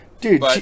Dude